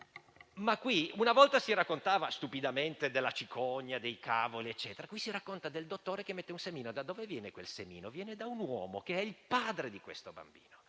mentre una volta si raccontava stupidamente della cicogna e dei cavoli, qui si racconta del dottore che mette un semino. Da dove viene quel semino? Viene da un uomo, che è il padre del bambino;